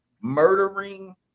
murdering